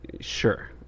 sure